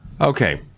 Okay